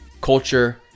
culture